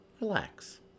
Relax